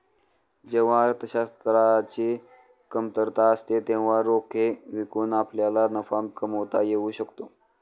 जेव्हा अर्थशास्त्राची कमतरता असते तेव्हा रोखे विकून आपल्याला नफा कमावता येऊ शकतो